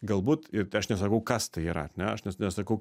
galbūt ir aš nesakau kas tai yra ar ne aš nesakau